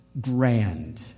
grand